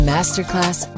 Masterclass